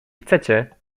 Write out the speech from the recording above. chcecie